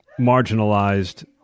marginalized